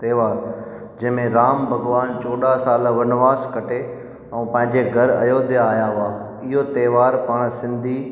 त्योहार जंहिंमें राम भॻवानु चोॾहं साल वनवास कटे ऐं पंहिंजे घर अयोध्या आया हुआ इहो त्योहार पाण सिंधी